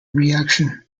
reaction